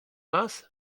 nas